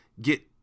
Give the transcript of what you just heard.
get